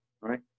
right